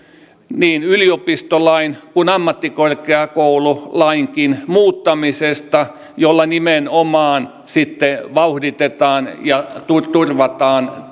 niin yliopistolain kun ammattikorkeakoululainkin muuttamisesta joilla nimenomaan sitten vauhditetaan ja turvataan